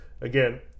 again